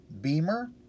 Beamer